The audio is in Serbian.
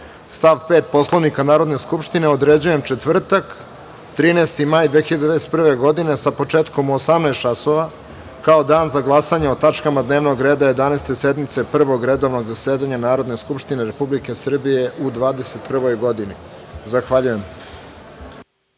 stav 5. Poslovnika Narodne skupštine, određujem četvrtak, 13. maj 2021. godine, sa početkom u 18.00 časova, kao dan za glasanje o tačkama dnevnog reda Jedanaeste sednice Prvog redovnog zasedanja Narodne skupštine Republike Srbije u 2021. godini. Zahvaljujem.(Posle